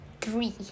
three